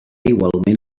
igualment